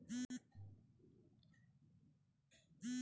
universal bank ప్రపంచ వ్యాప్తంగా ఉంటుంది అని న్యూస్ పేపర్లో వేశారు